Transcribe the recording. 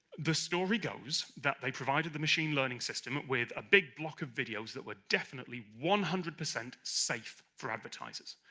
the story goes, that they provided the machine learning system with a big block of videos that were definitely one hundred percent safe for advertisers,